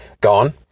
gone